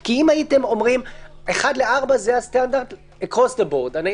כי אם הייתם אומרים ש-4:1 זה הסטנדרט באופן גורף